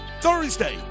Thursday